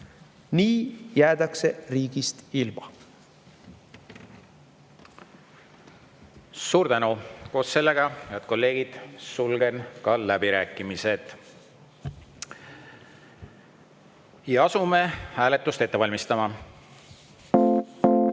Nii jäädakse riigist ilma. Suur tänu! Koos sellega, head kolleegid, sulgen läbirääkimised. Asume hääletust ette valmistama. Head